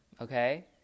okay